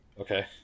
Okay